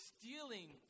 stealing